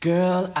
Girl